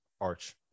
Arch